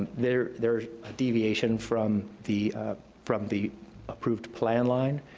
there's there's a deviation from the from the approved plan line,